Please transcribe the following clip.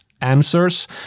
answers